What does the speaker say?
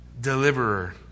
deliverer